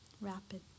rapid